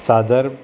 सादर